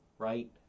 right